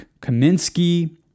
Kaminsky